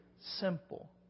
simple